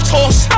Toss